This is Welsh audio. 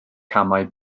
camau